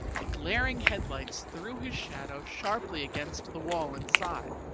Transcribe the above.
the glaring headlights threw his shadow sharply against the wall inside.